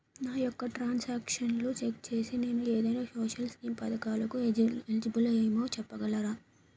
నా యెక్క ట్రాన్స్ ఆక్షన్లను చెక్ చేసి నేను ఏదైనా సోషల్ స్కీం పథకాలు కు ఎలిజిబుల్ ఏమో చెప్పగలరా?